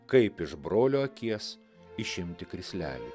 kaip iš brolio akies išimti krislelių